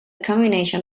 combination